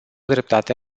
dreptate